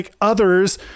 others